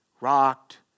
rocked